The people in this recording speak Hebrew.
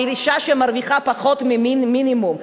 היא אשה שמרוויחה פחות משכר מינימום.